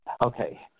Okay